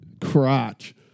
crotch